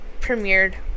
premiered